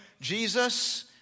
Jesus